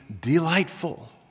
delightful